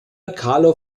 carlo